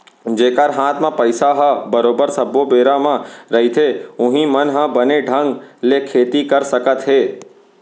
जेखर हात म पइसा ह बरोबर सब्बो बेरा म रहिथे उहीं मन ह बने ढंग ले खेती कर सकत हे